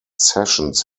sessions